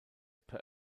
per